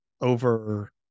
over